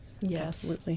yes